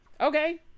Okay